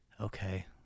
okay